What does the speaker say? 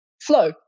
Flow